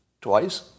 Twice